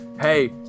hey